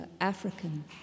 African